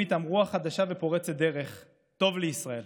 איתם רוח חדשה ופורצת דרך טוב לישראל.